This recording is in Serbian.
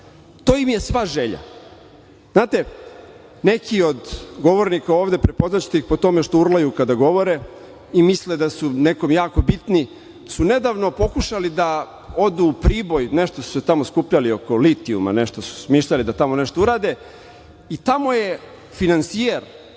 To im je sva želja. Znate, neki od govornika ovde prepoznaćete ih po tome što urlaju kada govore i misle da su nekom jako bitni su nedavno pokušali da odu u Priboj, nešto su se tamo skupljali oko litijuma, nešto su smišljali da tamo nešto urade i tamo je finansijer